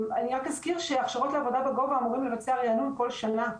אני רק אזכיר שהכשרות לעבודה בגובה אמורים לבצע ריענון כל שנה.